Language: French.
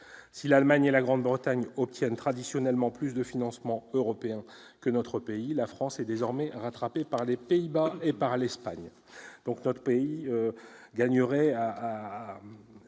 Si l'Allemagne et la Grande-Bretagne obtiennent traditionnellement plus de financements européens que notre pays, la France est désormais rattrapée par les Pays-Bas et par l'Espagne. Notre pays gagnerait donc